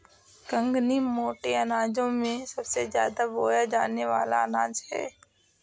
कंगनी मोटे अनाजों में सबसे ज्यादा बोया जाने वाला अनाज है